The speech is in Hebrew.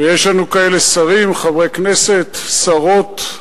ויש לנו כאלה, שרים, חברי כנסת, שרות,